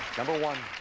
number one